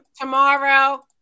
tomorrow